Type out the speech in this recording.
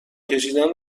کشیدن